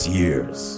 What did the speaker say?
years